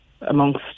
amongst